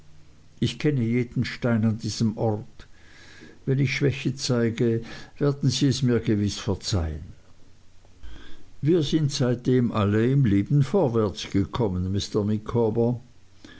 ich kenne jeden stein an diesem ort wenn ich schwäche zeige werden sie es mir gewiß verzeihen wir sind seitdem alle im leben vorwärts gekommen